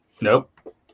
Nope